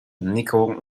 nicole